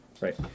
Right